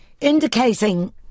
indicating